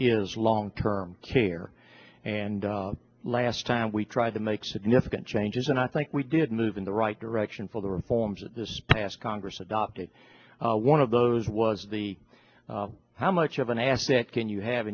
is long term care and last time we tried to make significant changes and i think we did move in the right direction for the reforms that this passed congress adopted one of those was the how much of an asset can you have